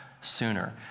sooner